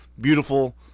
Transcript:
Beautiful